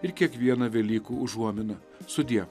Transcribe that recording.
ir kiekviena velykų užuomina sudie